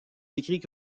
décrit